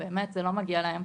באמת זה לא מגיע להם.